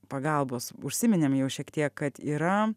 pagalbos užsiminėm jau šiek tiek kad yra